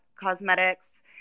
Cosmetics